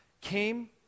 came